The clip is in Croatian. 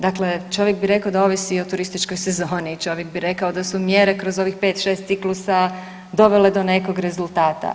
Dakle, čovjek bi rekao da ovisi i o turističkoj sezoni, čovjek bi rekao da su mjere kroz ovih pet, šest ciklusa dovele do nekog rezultata.